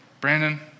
Brandon